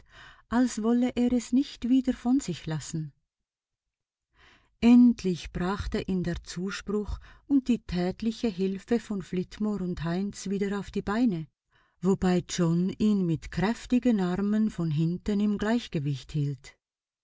als wolle er es nicht wieder von sich lassen endlich brachte ihn der zuspruch und die tätliche hilfe von flitmore und heinz wieder auf die beine wobei john ihn mit kräftigen armen von hinten im gleichgewicht hielt